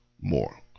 more